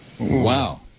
Wow